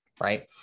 right